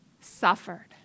suffered